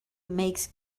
makes